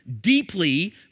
deeply